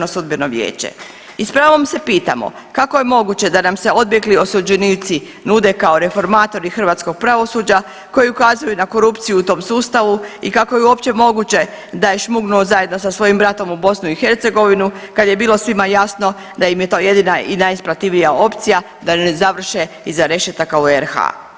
I s pravom se pitamo, kako je moguće da nam se odbjegli osuđenici nude kao reformatori hrvatskog pravosuđa koji ukazuju na korupciju u tom sustavu i kako je uopće moguće da je šmugnuo zajedno sa svojim bratom u BiH, kad je bilo svima jasno da im je to jedina i najisplativija opcija da ne završe iza rešetaka u RH.